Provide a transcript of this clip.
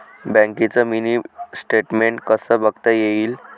बँकेचं mini statement कसं बघता येईल?